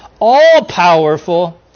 all-powerful